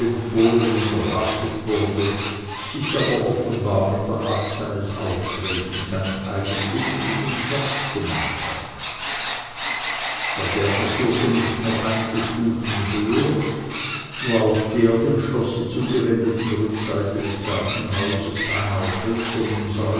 erwartet wurde sich aber offenbar mit der art seines auftretens einen eigentümlichen scherz gemacht hat der gärtner führte mich noch einige stufen höher wo auf der dem schlosse zugewendeten rückseite des gartenhauses ein auf hölzernen